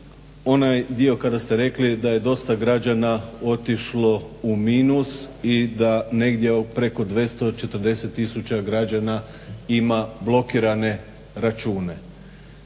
onaj dio kada ste rekli da je dosta građana otišlo u minus i da negdje preko 240 tisuća građana ima blokirane račune.